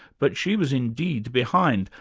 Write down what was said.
but she was indeed behind,